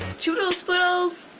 toodles poodles!